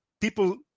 people